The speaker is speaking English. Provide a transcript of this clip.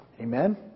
Amen